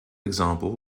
example